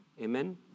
Amen